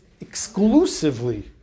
exclusively